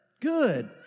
good